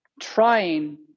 Trying